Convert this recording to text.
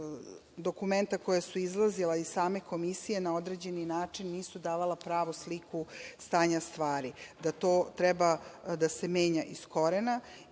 dokumenta koja su izlazila iz same Komisije na određeni način nisu davala pravu sliku stanja stvari, da to treba da se menja iz korena.